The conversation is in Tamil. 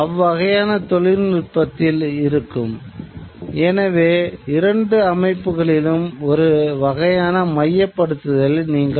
அவை 24 மணிநேரமும் இருக்காது பொதுவாக தினமும் மாலையில் மட்டுமே இருக்கும்